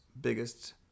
biggest